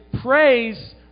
Praise